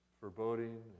foreboding